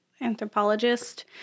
anthropologist